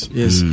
yes